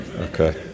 Okay